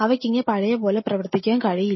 അവയ്ക്കിനി പഴയ പോലെ പ്രവർത്തിക്കാൻ കഴിയില്ല